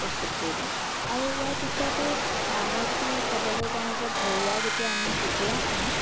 প্ৰস্তুত কৰি লওঁ আৰু ইয়াৰ পিছটো মই যদি ক'বলৈ যাওঁ যে ঘৰুৱা যেতিয়া আমি কুকুৰা খাওঁ